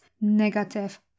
negative